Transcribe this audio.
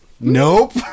Nope